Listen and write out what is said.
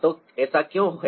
तो ऐसा क्यों है